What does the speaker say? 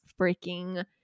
freaking